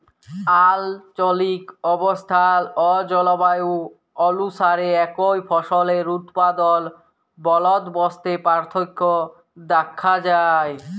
আলচলিক অবস্থাল অ জলবায়ু অলুসারে একই ফসলের উৎপাদল বলদবস্তে পার্থক্য দ্যাখা যায়